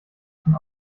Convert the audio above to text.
schon